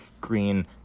green